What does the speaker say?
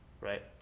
right